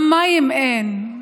גם מים אין,